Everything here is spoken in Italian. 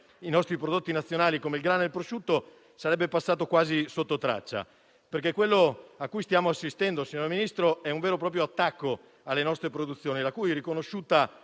i nostri prodotti nazionali come il grano e il prosciutto sarebbe passato quasi sotto traccia. Quello a cui stiamo assistendo, infatti, signor Ministro, è un vero e proprio attacco alle nostre produzioni, la cui riconosciuta